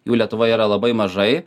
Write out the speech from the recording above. jų lietuvoje yra labai mažai